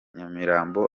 nyamirambo